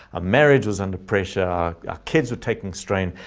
marriage was under pressure, our kids were taking strain.